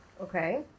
Okay